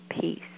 peace